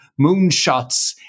moonshots